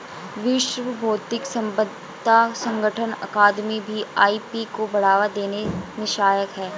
विश्व बौद्धिक संपदा संगठन अकादमी भी आई.पी को बढ़ावा देने में सहायक है